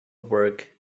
work